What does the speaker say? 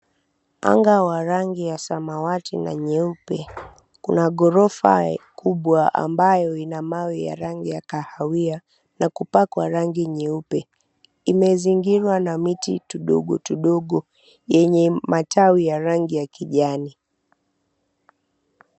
Anga wa rangi ya samawati na nyeupe, kuna ghorofa kubwa ambayo ina mawe ya rangi ya kahawia na kupakwa rangi nyeupe imezingirwa na miti tudogo tudogo yenye matawi ya rangi ya kijani.